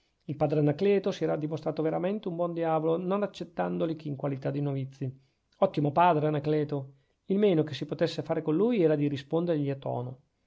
il padre anacleto si era dimostrato veramente un buon diavolo non accettandoli che in qualità di novizi ottimo padre anacleto il meno che si potesse fare con lui era di rispondergli a tono